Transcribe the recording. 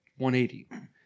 180